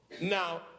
now